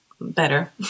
Better